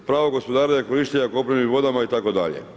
Pravo gospodarenja, korištenja kopnenim vodama, itd.